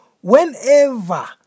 whenever